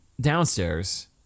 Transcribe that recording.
downstairs